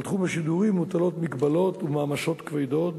על תחום השידורים מוטלות מגבלות ומעמסות כבדות,